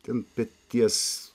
ten peties